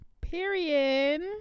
Period